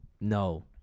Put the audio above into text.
no